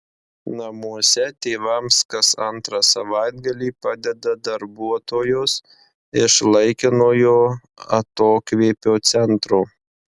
namuose tėvams kas antrą savaitgalį padeda darbuotojos iš laikinojo atokvėpio centro